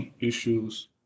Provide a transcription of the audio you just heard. issues